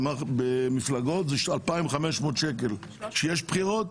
במפלגות היא בסך 2,500 שקלים בעת בחירות